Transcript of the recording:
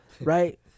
right